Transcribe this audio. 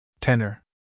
tenor